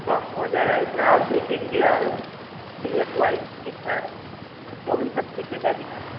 कम हो जाएगा इतना और देखेंगे और यह क्वालिटी का मोबिल सब ठीक है गाड़ी का